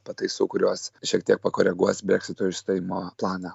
pataisų kurios šiek tiek pakoreguos breksito išstojimo planą